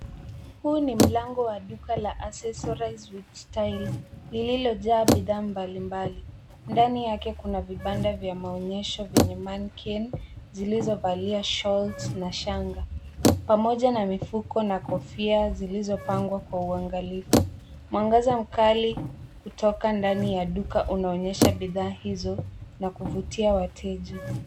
Huu ni mlango wa duka la Accessorize with style lililojaa bidhaa mbalimbali. Ndani yake kuna vibanda vya maonyesho vyenye mannequin zilizovalia shorts na shanga pamoja na mifuko na kofia zilizopangwa kwa uangalifu. Mwangaza mkali kutoka ndani ya duka unaonyesha bidhaa hizo na kuvutia wateja.